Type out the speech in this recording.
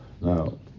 Now